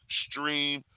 stream